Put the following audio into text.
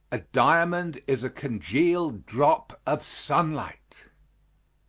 a diamond is a congealed drop of sunlight.